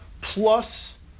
plus